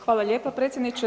Hvala lijepa predsjedniče.